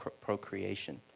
procreation